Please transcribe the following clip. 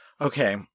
Okay